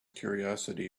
curiosity